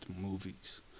movies